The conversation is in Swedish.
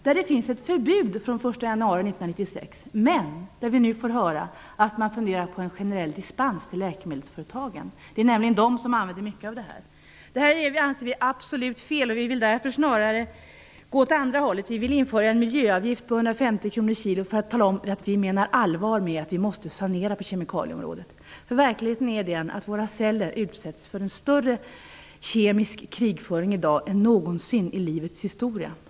Det finns ett förbud mot användning av dem från den 1 januari 1996, men nu får vi höra att man funderar på att ge läkemedelsföretagen en generell dispens från detta till. Det är nämligen de som använder mycket att detta. Vi anser att detta är absolut fel. Vi vill snarare gå åt andra hållet och införa en miljöavgift på 150 kronor per kg för att tala om att vi menar allvar med att vi måste sanera på kemikalieområdet. Verkligheten är den att våra celler utsätts för en större kemisk krigföring i dag än någonsin i livets historia.